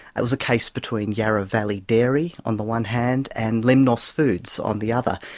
that was a case between yarra valley dairy on the one hand and lemnos foods on the other,